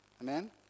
Amen